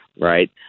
Right